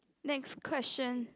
next question